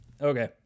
Okay